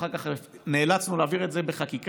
ואחר כך נאלצנו להעביר את זה בחקיקה,